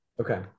Okay